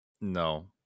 No